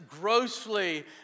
grossly